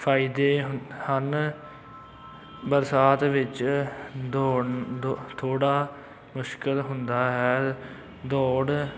ਫਾਇਦੇ ਹਨ ਬਰਸਾਤ ਵਿੱਚ ਦੌੜ ਥੋੜ੍ਹਾ ਮੁਸ਼ਕਿਲ ਹੁੰਦਾ ਹੈ ਦੌੜ